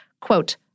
quote